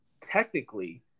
technically